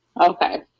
Okay